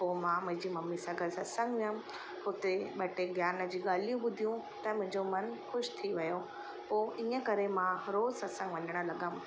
पोइ मां मुंहिंजी मम्मी सां गॾु सतसंग वियमि हुते ॿ टे ज्ञान जी ॻाल्हियूं ॿुधियूं त मुंहिंजो मनु ख़ुशि थी वियो पोइ इनकरे मां रोज़ु सतसंग वञण लॻियमि